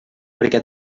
perquè